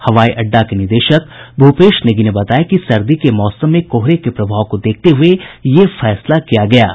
हवाई अड्डा के निदेशक भूपेश नेगी ने बताया कि सर्दी के मौसम में कोहरे के प्रभाव को देखते हुए यह फैसला किया गया है